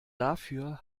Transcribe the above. dafür